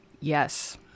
Yes